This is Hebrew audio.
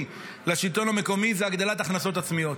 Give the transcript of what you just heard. לשלטון המקומי זה הגדלת הכנסות עצמיות.